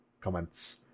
Comments